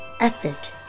effort